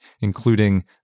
including